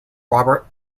robert